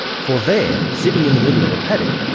for there, sitting in the middle of a paddock,